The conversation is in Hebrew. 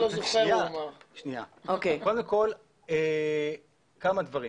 קודם כל, כמה דברים.